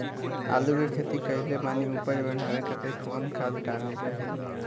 आलू के खेती कइले बानी उपज बढ़ावे खातिर कवन खाद डाले के होई?